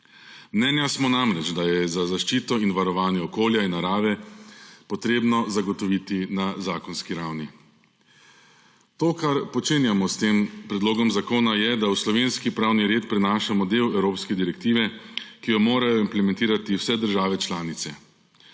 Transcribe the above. Mnenja smo namreč, da je zaščito in varovanje okolja in narave potrebno zagotoviti na zakonski ravni. To, kar počenjamo s tem predlogom zakona, je, da v slovenki pravni red prenašamo del evropske direktive, ki jo morajo implementirati vse države članice.